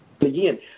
again